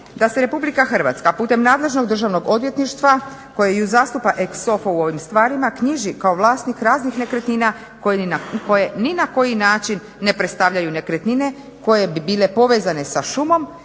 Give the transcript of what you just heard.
da se RH putem nadležnog Državnog odvjetništva koje ju zastupa ex ofo u ovim stvarima knjiži kao vlasnik raznih nekretnina koje ni na koji način ne predstavljaju nekretnine koje bi bile povezane sa šumom